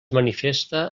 manifesta